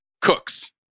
cooks